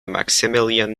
maximilian